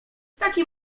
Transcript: takim